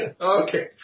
Okay